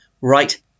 right